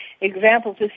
examples